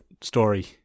story